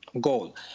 goal